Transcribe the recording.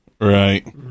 Right